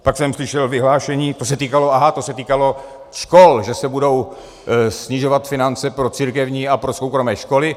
Pak jsem slyšel vyhlášení to se týkalo, aha, to se týkalo škol, že se budou snižovat finance pro církevní a pro soukromé školy.